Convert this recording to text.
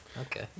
Okay